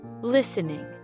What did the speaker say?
Listening